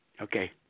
Okay